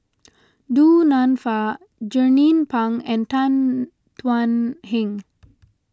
Du Nanfa Jernnine Pang and Tan Thuan Heng